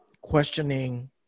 questioning